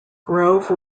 grove